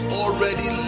already